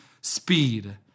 speed